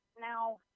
now